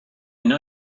know